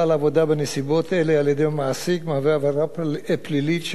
מהווים עבירה פלילית שהעונש המקסימלי הקבוע בחוק בגינה,